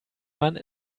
man